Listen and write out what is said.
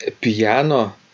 piano